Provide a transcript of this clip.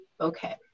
Okay